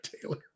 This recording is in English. Taylor